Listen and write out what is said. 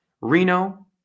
Reno